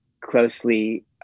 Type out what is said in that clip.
closely